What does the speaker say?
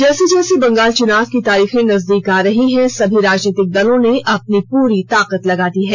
जैसे जैसे बंगाल चुनाव की तारीखें नजदीक आ रही हैं सभी राजनीतिक दलों ने अपनी पूरी ताकत लगा दी है